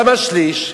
למה שליש?